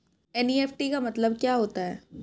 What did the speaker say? NEFT का मतलब क्या होता है?